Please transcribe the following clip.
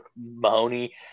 Mahoney